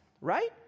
right